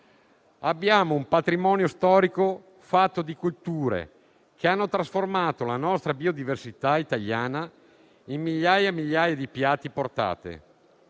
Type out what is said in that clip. Abbiamo un patrimonio storico fatto di culture che hanno trasformato la biodiversità italiana in migliaia di piatti e portate.